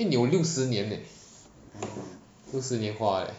因为你有六十年 leh 六十年花 eh